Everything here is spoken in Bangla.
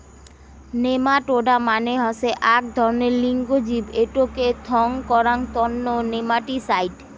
নেমাটোডা মানে হসে আক ধরণের লিঙ্গ জীব এটোকে থং করাং তন্ন নেমাটিসাইড